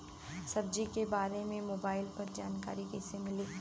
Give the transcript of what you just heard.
सब्जी के बारे मे मोबाइल पर जानकारी कईसे मिली?